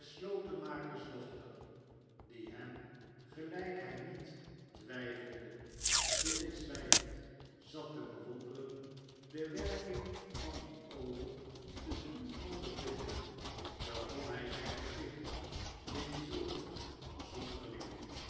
slotenmakers dochter die hem gelijk hij niet twijfelde stilzwijgend zat te bewonderen de werking van die oogen te doen ondervinden begon hij zijn gezicht in zulke zonderlinge